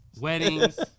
weddings